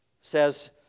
says